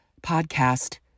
podcast